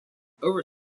over